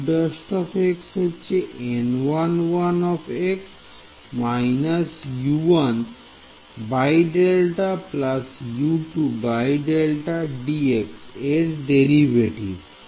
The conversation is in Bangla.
U′ হচ্ছে U1 Δ U2 Δ dx এর ডেরিভেটিভ